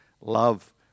love